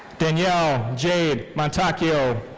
danielle jade montocchio.